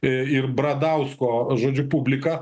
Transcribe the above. ir bradausko žodžiu publika